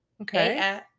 Okay